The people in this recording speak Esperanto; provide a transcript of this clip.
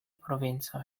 provincoj